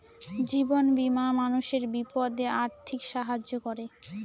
জীবন বীমা মানুষের বিপদে আর্থিক সাহায্য করে